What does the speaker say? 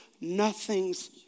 nothing's